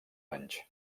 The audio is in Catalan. anys